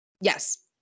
Yes